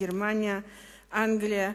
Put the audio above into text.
גרמניה ואנגליה,